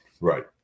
right